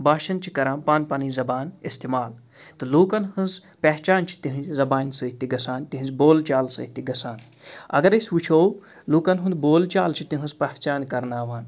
باشنٛد چھِ کَران پانہٕ پَنٕنۍ زَبان اِستعمال تہٕ لوٗکَن ہٕنٛز پہچان چھِ تِہِنٛزِ زَبانہِ سۭتۍ تہِ گژھان تِہِنٛز بول چال سۭتۍ تہِ گژھان اَگر أسۍ وٕچھو لوٗکَن ہُنٛد بول چال چھِ تِہٕنٛز پہچان کَرناوان